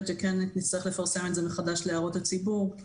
שכן נצטרך לפרסם את זה מחדש להערות הציבור,